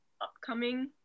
upcoming